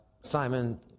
Simon